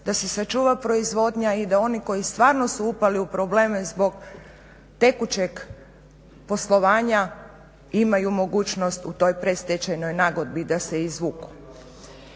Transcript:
da se sačuva proizvodnja i da oni koji stvarno su upali u probleme zbog tekućeg poslovanja imaju mogućnost u toj predstečajnoj nagodbi da se izvuku.